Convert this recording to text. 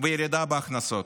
וירידה בהכנסות.